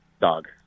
dog